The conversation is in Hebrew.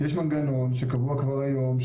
יש מנגנון שקבוע כבר היום,